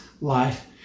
life